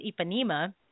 Ipanema